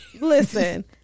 Listen